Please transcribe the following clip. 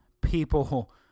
people